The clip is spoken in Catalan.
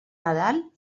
nadal